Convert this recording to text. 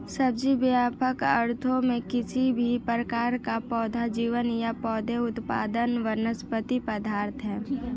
सब्जी, व्यापक अर्थों में, किसी भी प्रकार का पौधा जीवन या पौधे उत्पाद वनस्पति पदार्थ है